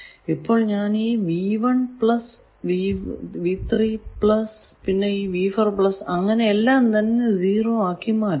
ഇപ്പോൾ ഞാൻ ഈ പിന്നെ അങ്ങനെ എല്ലാം തന്നെ 0 ആക്കി മാറ്റുന്നു